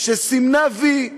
שסימנה "וי",